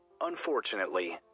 Unfortunately